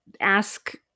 ask